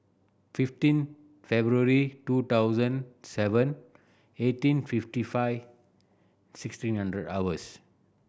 fifteen February two thousand seven eighteen fifty five sixteen hundred hours